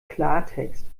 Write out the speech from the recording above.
klartext